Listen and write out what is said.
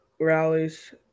rallies